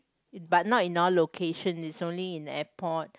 but not in our location it's only in the airport